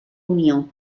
unió